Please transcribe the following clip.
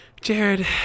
Jared